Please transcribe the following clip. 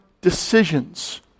decisions